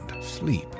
sleep